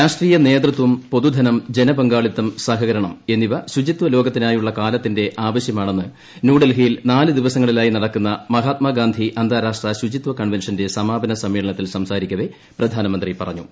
രാഷ്ട്രീയ നേതൃത്വം മന്ത്രവുമായി പൊതുധനം ജനപങ്കാളിത്തം സഹകരണം എന്നിവ ശുചിത്വ ലോകത്തിനായുള്ള കാലത്തിന്റെ ആവശ്യമാണെന്ന് ന്യൂഡൽഹിയിൽ നാല് ദിവസങ്ങളിലായി നടക്കുന്ന മഹാത്മാഗാന്ധി അന്താരാഷ്ട്ര ശുചിത്വ കൺവെൻഷന്റെ സമാപന സമ്മേളനത്തിൽ സംസാരിക്കവേ പ്രധാനമന്ത്രി പറഞ്ഞു